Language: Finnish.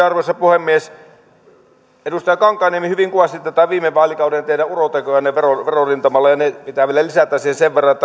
arvoisa puhemies edustaja kankaanniemi hyvin kuvasi tätä teidän viime vaalikauden urotekoanne verorintamalla ja pitää vielä lisätä siihen sen verran